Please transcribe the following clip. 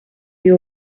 vio